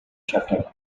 chapter